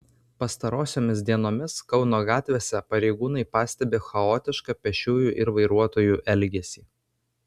pastarosiomis dienomis kauno gatvėse pareigūnai pastebi chaotišką pėsčiųjų ir vairuotojų elgesį